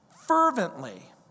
fervently